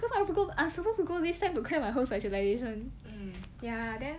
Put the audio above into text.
cause I also go are supposed to go this time to clear my whole specialisation ya then